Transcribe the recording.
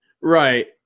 right